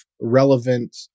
relevant